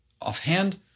offhand